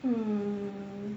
hmm